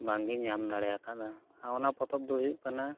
ᱵᱟᱝᱜᱤᱧ ᱧᱟᱢ ᱫᱟᱲᱮᱣ ᱠᱟᱫᱟ ᱟᱨ ᱚᱱᱟ ᱯᱚᱛᱚᱵᱽ ᱫᱚ ᱦᱩᱭᱩᱜ ᱠᱟᱱᱟ